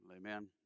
Amen